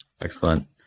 Excellent